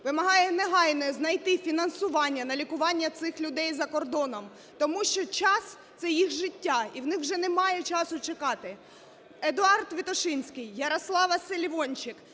вимагає негайно знайти фінансування на лікування цих людей за кордоном, тому що час – це їх життя, і у них вже немає часу чекати. Едуард Вітошинський, Ярослава Салівончик,